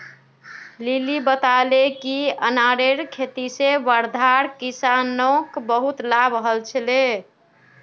lily बताले कि अनारेर खेती से वर्धार किसानोंक बहुत लाभ हल छे